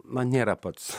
na nėra pats